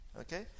Okay